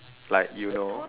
like you know